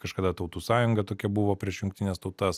kažkada tautų sąjunga tokia buvo prieš jungtines tautas